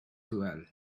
well